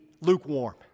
lukewarm